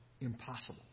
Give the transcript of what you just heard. impossible